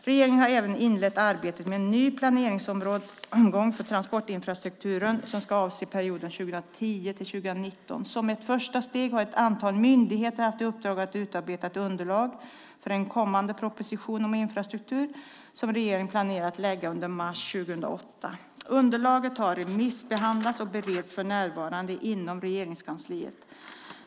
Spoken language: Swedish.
Regeringen har även inlett arbetet med en ny planeringsomgång för transportinfrastrukturen, som ska avse perioden 2010-2019. Som ett första steg har ett antal myndigheter haft i uppdrag ett utarbeta ett underlag för en kommande proposition om infrastruktur, som regeringen planerar att lägga fram under mars 2008. Underlagen har remissbehandlats och bereds för närvarande inom Regeringskansliet.